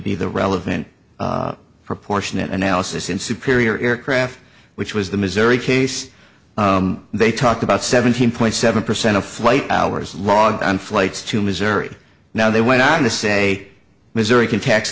be the relevant proportionate analysis in superior aircraft which was the missouri case they talk about seventeen point seven percent of flight hours logged on flights to missouri now they went on to say missouri can tax